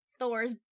Thor's